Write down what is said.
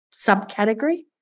subcategory